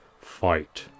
fight